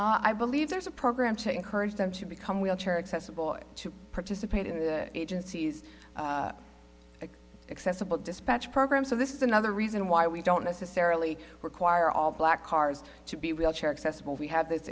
court i believe there is a program to encourage them to become wheelchair accessible to participate in the agency's accessible dispatch program so this is another reason why we don't necessarily require all black cars to be wheelchair accessible we have this